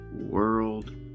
world